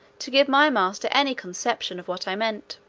to give my master any conception of what i meant.